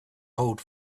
old